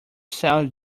sells